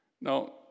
Now